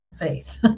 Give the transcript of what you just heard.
Faith